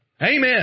Amen